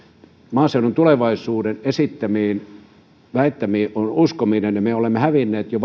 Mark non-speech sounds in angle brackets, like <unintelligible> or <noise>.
maaseudun tulevaisuuden esittämiin väittämiin on uskominen me olemme hävinneet valtiona jo <unintelligible>